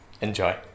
Enjoy